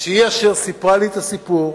שהיא אשר סיפרה לי את הסיפור,